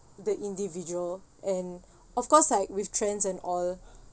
the individual and of course like with trends and all